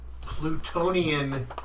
Plutonian